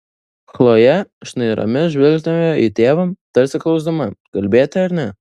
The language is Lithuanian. chlojė šnairomis žvilgtelėjo į tėvą tarsi klausdama kalbėti ar ne